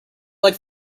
like